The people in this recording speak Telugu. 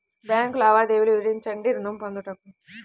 బ్యాంకు లావాదేవీలు వివరించండి ఋణము పొందుటకు?